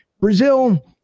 Brazil